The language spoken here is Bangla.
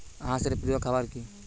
হাঁস এর প্রিয় খাবার কি?